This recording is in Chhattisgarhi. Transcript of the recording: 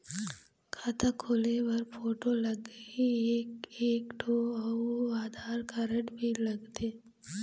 खाता खोले बर फोटो लगही एक एक ठो अउ आधार कारड भी लगथे?